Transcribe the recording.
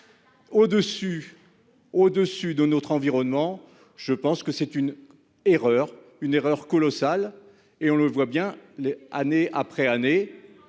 Au-dessus de notre environnement. Je pense que c'est une erreur, une erreur colossale, et on le voit bien les année après année.